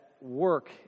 work